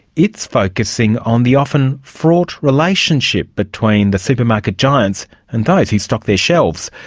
it's focusing on the often fraught relationship between the supermarket giants and those who stock their shelves.